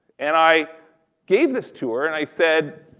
and i gave this to her, and i said,